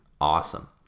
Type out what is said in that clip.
Awesome